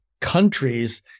countries